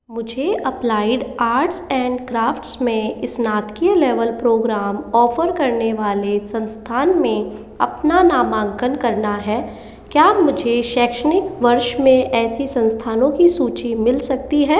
मुझे applied arts and crafts में स्नातकीय लेवल प्रोग्राम ऑफ़र करने वाले संस्थान में अपना नामांकन करना है क्या मुझे शैक्षणिक वर्ष में ऐसे संस्थानों की सूची मिल सकती है